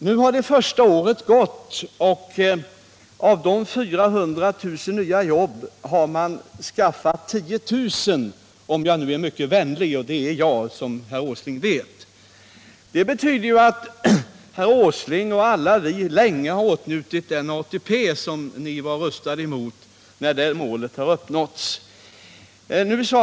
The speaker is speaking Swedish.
Nu har det första året efter valet gått, och av de 400 000 nya jobben har man skaffat 10 000, om man bedömer det vänligt — och jag är mycket vänlig som herr Åsling vet. Det betyder att herr Åsling och vi andra i den åldern länge har åtnjutit ATP, vars införande ni röstade emot, när det här målet har uppnåtts.